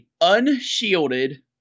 unshielded